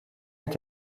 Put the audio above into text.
est